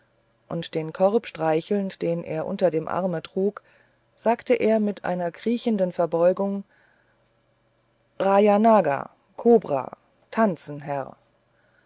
und den korb streichelnd den er unter dem arme trug sagte er mit einer kriechenden verbeugung rajanaga kobra tanzen herr